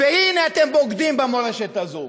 והנה אתם בוגדים במורשת הזאת,